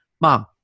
mom